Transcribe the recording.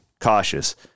cautious